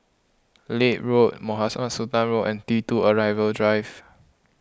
Leith Road Mohamed Sultan Road and T two Arrival Drive